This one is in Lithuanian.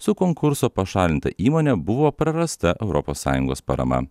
su konkurso pašalinta įmone buvo prarasta europos sąjungos parama